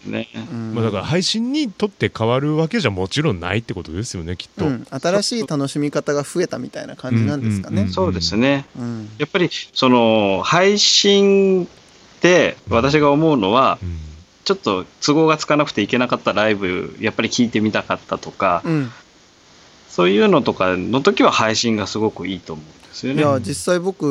ね。うん。まあだから配信にとって変わるわけじゃもちろんないってことですよね、きっと。うん。新しい楽しみ方が増えたみたいな感じなんですかね。うん、うん、うん、うん。そうですね。うん。やっぱりその配信で私が思うのは、うん。うん。ちょっと都合がつかなくていけなかったライブ、やっぱり聞いてみたかったとか、うん。そういうのとかの時は配信がすごくいいと思うんですよね。いや、実際僕